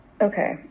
Okay